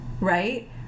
right